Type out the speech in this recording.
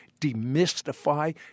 demystify